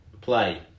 Play